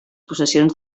possessions